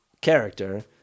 character